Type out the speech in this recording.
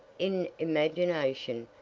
in imagination,